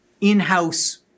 in-house